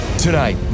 Tonight